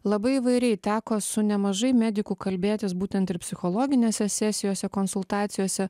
labai įvairiai teko su nemažai medikų kalbėtis būtent ir psichologinėse sesijose konsultacijose